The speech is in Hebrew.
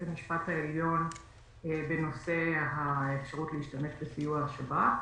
המשפט העליון בנושא האפשרות להשתמש בסיוע השב"כ.